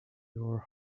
your